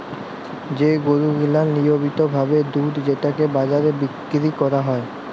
যে গরু গিলা লিয়মিত ভাবে দুধ যেটকে বাজারে বিক্কিরি ক্যরা হ্যয়